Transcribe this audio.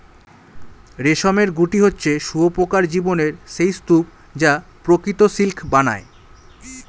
রেশমের গুটি হচ্ছে শুঁয়োপোকার জীবনের সেই স্তুপ যা প্রকৃত সিল্ক বানায়